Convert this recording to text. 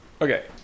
Okay